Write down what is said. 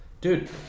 Dude